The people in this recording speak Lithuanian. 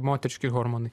moteriški hormonai